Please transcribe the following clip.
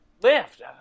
lift